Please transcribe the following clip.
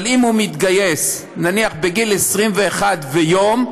אבל אם הוא מתגייס נניח בגיל 21 ויום,